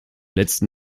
letzten